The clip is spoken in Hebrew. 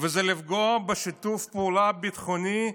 וזה לפגוע בשיתוף הפעולה הביטחוני,